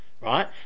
Right